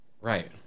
Right